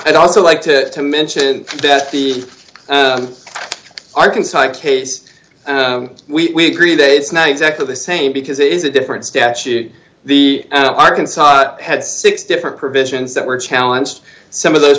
i'd also like to mention the arkansas case we agree that it's not exactly the same because it is a different statute the arkansas had six different provisions that were challenged some of those